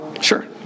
Sure